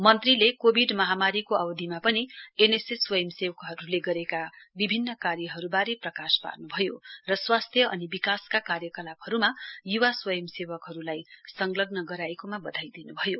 मन्त्रीले कोविड महामारीको अवधिमा पनि एनएसएस स्वयं सेवरहरूले गरेका विभिन्न कार्यहरूबारे प्रकाश पार्नुभयो र स्वास्थ्य अनि विकासका कार्यकलापहरूमा युवा स्वयंसेवकहरूलाई संलग्न गराएकोमा बधाई दिन्भयो